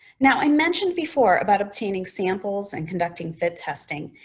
now, i mentioned before about obtaining samples and conducting fit testing,